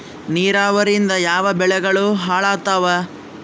ನಿರಾವರಿಯಿಂದ ಯಾವ ಬೆಳೆಗಳು ಹಾಳಾತ್ತಾವ?